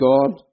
God